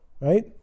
right